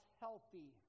healthy